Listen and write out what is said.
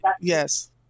yes